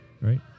Right